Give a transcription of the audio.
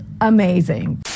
amazing